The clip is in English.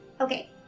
Okay